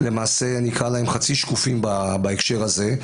למעשה, נקרא להם חצי שקופים בהקשר הזה.